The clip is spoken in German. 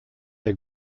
der